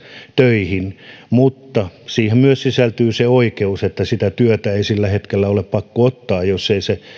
töihin mutta siihen myös sisältyy se oikeus että sitä työtä ei sillä hetkellä ole pakko ottaa jos ei se